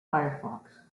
firefox